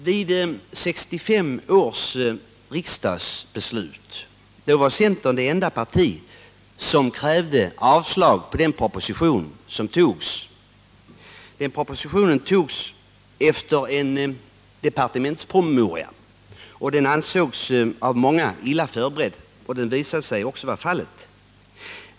: Vid 1965 års riksdag var centern det enda parti som krävde avslag på den proposition som då antogs. Den propositionen hade utarbetats på grundval av en departementspromemoria och ansågs av många illa förberedd. Så visade sig också vara fallet.